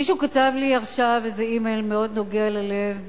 מישהו כתב לי עכשיו איזה אימייל מאוד נוגע ללב,